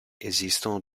esistono